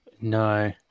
No